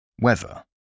Weather